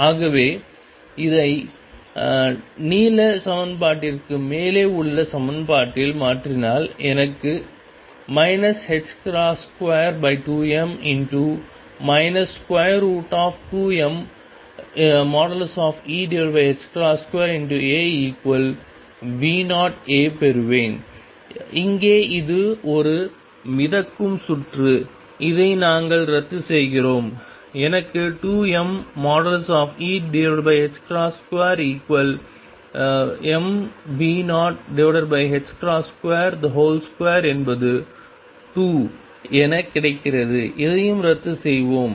ஆகவே இதை நீல சமன்பாட்டிற்கு மேலே உள்ள சமன்பாட்டில் மாற்றினால் எனக்கு 22m 2mE2AV0A பெறுவேன் இங்கே இது ஒரு மிதக்கும் சுற்று இதை நாங்கள் ரத்து செய்கிறோம் எனக்கு 2mE2mV022 என்பது 2 என கிடைக்கிறது இதையும் ரத்து செய்வோம்